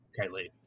Kylie